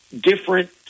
different